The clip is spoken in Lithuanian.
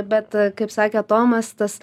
bet kaip sakė tomas tas